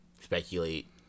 speculate